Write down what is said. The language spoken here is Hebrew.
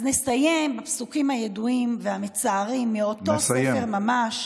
אז נסיים בפסוקים הידועים והמצערים מאותו ספר ממש.